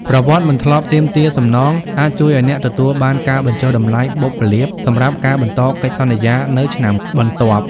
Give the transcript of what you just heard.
ប្រវត្តិមិនធ្លាប់ទាមទារសំណង អាចជួយឱ្យអ្នកទទួលបានការបញ្ចុះតម្លៃបុព្វលាភសម្រាប់ការបន្តកិច្ចសន្យានៅឆ្នាំបន្ទាប់។